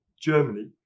Germany